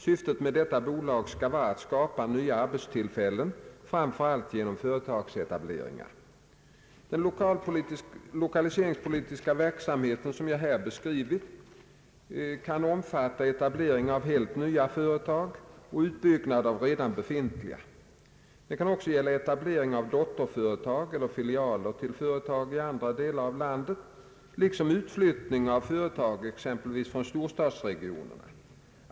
Syftet med detta bolag skall vara att skapa nya arbetstillfällen framför allt genom företagsetablering. Den lokaliseringsverksamhet som jag här beskrivit kan omfatta etablering av helt nya företag och utbyggnad av redan befintliga. Den kan också gälla etablering av dotterföretag eller filialer till företag i andra delar av landet liksom utflyttning av företag exempelvis från storstadsregionerna.